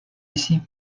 ici